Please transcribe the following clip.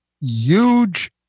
huge